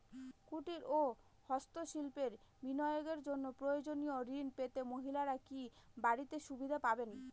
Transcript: কুটীর ও হস্ত শিল্পে বিনিয়োগের জন্য প্রয়োজনীয় ঋণ পেতে মহিলারা কি বাড়তি সুবিধে পাবেন?